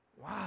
Wow